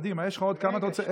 קדימה, יש לך עוד, כמה אתה רוצה?